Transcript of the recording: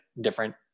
different